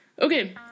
Okay